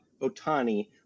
Otani